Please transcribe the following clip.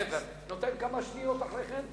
נתתי לך דקה יותר אפילו.